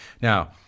Now